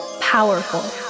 powerful